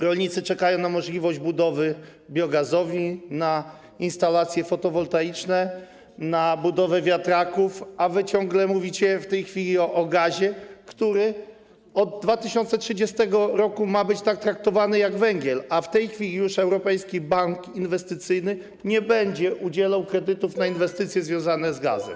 Rolnicy czekają na możliwość budowy biogazowni, na instalacje fotowoltaiczne, na budowę wiatraków, a wy ciągle w tej mówicie o gazie, który od 2030 r. ma być tak traktowany jak węgiel, a w tej chwili Europejski Bank Inwestycyjny nie będzie już udzielał kredytów na inwestycje związane z gazem.